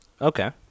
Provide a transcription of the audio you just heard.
Okay